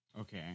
Okay